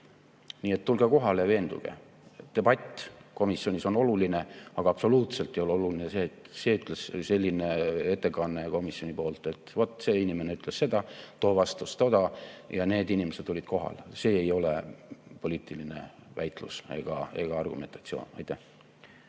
Nii et tulge kohale, veenduge. Debatt komisjonis on oluline, aga absoluutselt ei ole oluline selline ettekanne komisjoni nimel, et vaat see inimene ütles seda, too vastas toda ja need inimesed olid kohal. See ei ole poliitiline väitlus ega argumentatsioon. Aivar